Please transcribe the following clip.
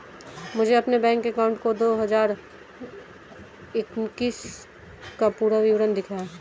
मुझे अपने bank account का दो हज़ार इक्कीस का पूरा विवरण दिखाएँ?